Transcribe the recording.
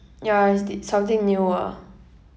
ya is d~ something new ah